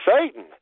Satan